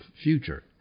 future